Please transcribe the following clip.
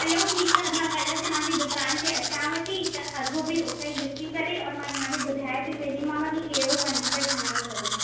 हलो ठीकु आहे मां कलर तव्हां जे दुकान ते अचांव थी त अघु बि हुते ॾिसी करे और मां तव्हां खे ॿुधाए बि वेंदीमांव की कहिड़ो फर्निचर ठाहिणो अथव